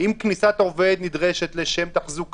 האם הסיבות הן סיבות בריאותיות לגבי מקומות העבודה